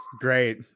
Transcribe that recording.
great